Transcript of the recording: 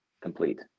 complete